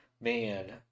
Man